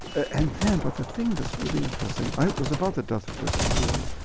and hand with a thing that's really interesting. i was about the death of disney. really?